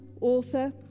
author